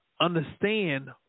understand